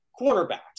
quarterbacks